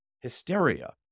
hysteria